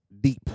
deep